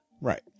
Right